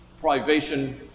privation